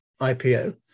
IPO